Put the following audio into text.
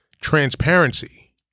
transparency